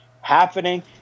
happening